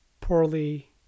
poorly